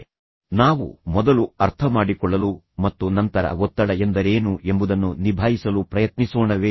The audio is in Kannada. ಇದರಲ್ಲಿ ಮತ್ತು ಮುಂದಿನದರಲ್ಲಿ ನಾವು ಮೊದಲು ಅರ್ಥಮಾಡಿಕೊಳ್ಳಲು ಮತ್ತು ನಂತರ ಒತ್ತಡ ಎಂದರೇನು ಎಂಬುದನ್ನು ನಿಭಾಯಿಸಲು ಪ್ರಯತ್ನಿಸೋಣವೇ